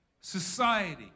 society